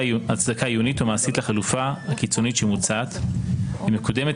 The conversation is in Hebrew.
הצדקה עיונית או מעשית לחלופה הקיצונית שמוצעת ומקודמת